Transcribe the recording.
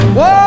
Whoa